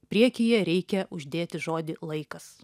priekyje reikia uždėti žodį laikas